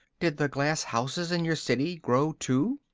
did the glass houses in your city grow, too?